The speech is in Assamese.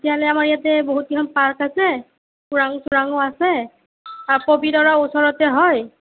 তেতিয়াহ'লে আমাৰ ইয়াতে বহুত কেইখন পাৰ্ক আছে ওৰাং চোৰাঙো আছে আৰু পবিতৰাও ওচৰতে হয়